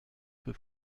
peut